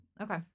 Okay